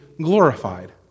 glorified